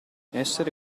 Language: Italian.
essere